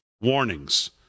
warnings